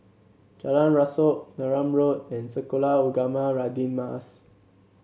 Jalan Rasok Neram Road and Sekolah Ugama Radin Mas